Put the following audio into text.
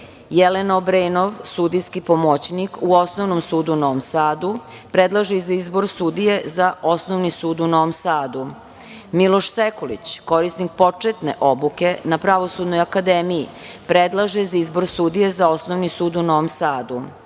Jelena Obrenov, sudijski pomoćnik u Osnovnom sudu u Novom Sadu, predlaže za izbor sudije za Osnovni sud u Novom Sadu, Miloš Sekulić, korisnik početne obuke na Pravosudnoj akademiji, predlaže za izbor sudije za Osnovni sud u Novom Sadu,